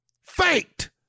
Faked